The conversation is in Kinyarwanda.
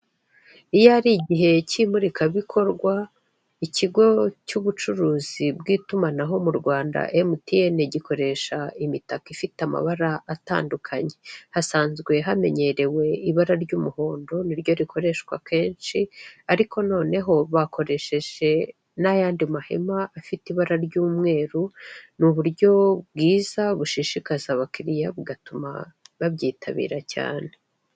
Iyo ari igihe cy'imurikabikorwa ikigo cy'ubucuruzi bw'itumanaho mu Rwanda Emutiyene gikoresha imitaka ifite amabara atandukanye. Hasanzwe hamenyerewe ibara ry'umuhondo ni ryo rikoreshwa kenshi, ariko noneho bakoresheje n'ayandi mahema afite ibara ry'umweru, ni uburyo bwiza bushishikaza abakiriya, bugatuma babyitabira cyane.